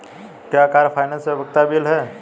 क्या car finance एक उपयोगिता बिल है?